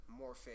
morphic